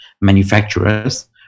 manufacturers